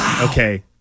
okay